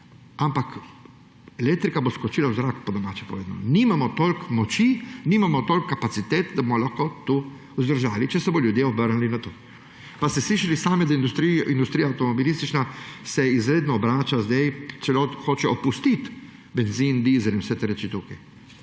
ampak elektrika bo skočila v zrak po domače povedano. Nimamo toliko moči, nimamo toliko kapacitet, da bomo lahko to vzdržali, če se bodo ljudje obrnili na to. Ste slišali sami, da industrija avtomobilistična se izredno obrača, sedaj celo hočejo opustiti bencin, dizel in vse te reči tukaj.